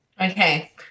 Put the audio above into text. Okay